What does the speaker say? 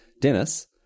Dennis